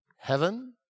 heaven